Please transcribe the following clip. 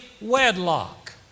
wedlock